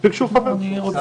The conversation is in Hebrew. מספיק שהוא חבר סגל אקדמי.